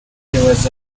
was